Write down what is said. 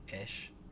ish